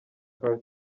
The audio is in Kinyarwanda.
carter